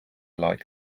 like